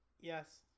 Yes